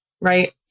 right